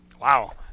Wow